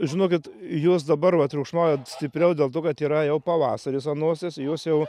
žinokit jos dabar va triukšmauja stipriau dėl to kad yra jau pavasaris ant nosies jos jau